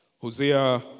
Hosea